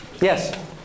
Yes